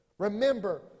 Remember